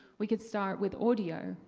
we could start with audio,